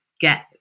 get